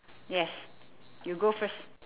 yes you go first